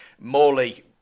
Morley